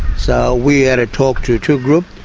so we had a talk to two groups.